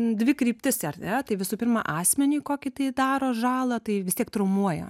dvi kryptis ar ne tai visų pirma asmenį kokį tai daro žalą tai vis tiek traumuoja